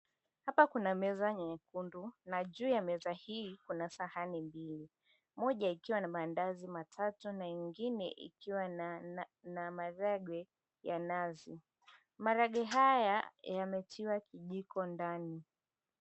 Hapa kuna meza nyekundu, na juu ya meza hii kuna sahani mbili. Moja ikiwa na maandazi matatu na ingine ikiwa na maharagwe ya nazi. Maharagwe haya yametiwa kijiko ndani.